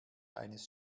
eines